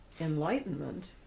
enlightenment